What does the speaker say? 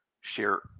share